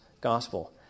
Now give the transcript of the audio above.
Gospel